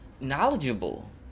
knowledgeable